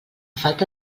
falta